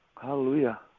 Hallelujah